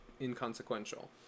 inconsequential